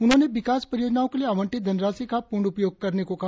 उन्होंने विकास परियोजनाओं के लिए आवंटित धनराशि का पूर्ण उपयोग करने को कहा